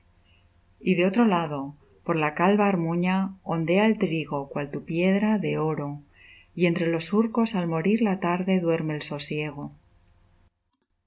y de otro lado por la calva armuña ondea el trigo cual tu piedra de oro y entre los surcos al morir la tarde duerme el sosiego